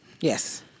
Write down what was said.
Yes